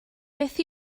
beth